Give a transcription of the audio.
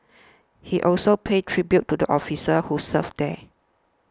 he also paid tribute to the officers who served there